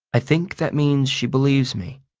i think that means she believes me.